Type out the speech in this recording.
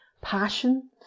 passion